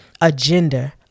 agenda